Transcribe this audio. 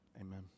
Amen